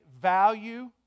value